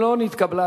לא נתקבלה.